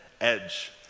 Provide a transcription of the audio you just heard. EDGE